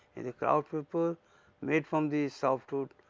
and the kraft paper made from the softwood,